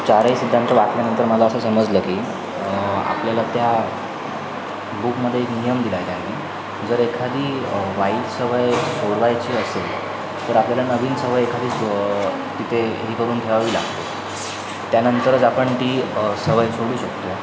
चारही सिद्धान्त वाचल्यानंतर मला असं समजलं की आपल्याला त्या बुकमध्ये एक नियम दिला आहे त्यांनी जर एखादी वाईट सवय सोडवायची असेल तर आपल्याला नवीन सवय एखादी स तिथे हे करून ठेवावी लागते त्यानंतरच आपण ती सवय सोडू शकतो